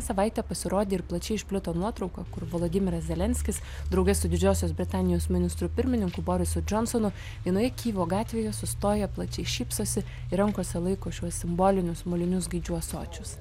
savaitę pasirodė ir plačiai išplito nuotrauka kur volodymyras zelenskis drauge su didžiosios britanijos ministru pirmininku borisu džonsonu vienoje kyjivo gatvėje sustoję plačiai šypsosi ir rankose laiko šiuos simbolinius molinius gaidžių ąsočius